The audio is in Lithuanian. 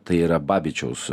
tai yra babičiaus